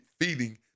feeding